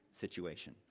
situation